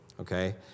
okay